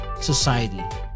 Society